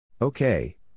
Okay